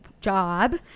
job